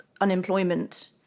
unemployment